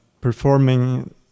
performing